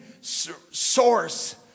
source